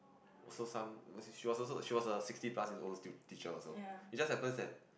also some she was also she was a sixty plus year old teacher also it just happens that